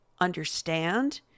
understand